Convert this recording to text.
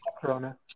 corona